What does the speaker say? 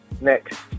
next